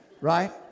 Right